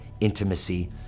intimacy